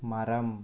மரம்